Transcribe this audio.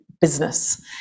business